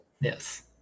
Yes